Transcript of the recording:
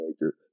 nature